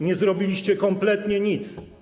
Nie zrobiliście kompletnie nic.